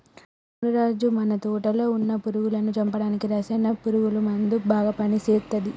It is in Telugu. అవును రాజు మన తోటలో వున్న పురుగులను చంపడానికి రసాయన పురుగుల మందు బాగా పని చేస్తది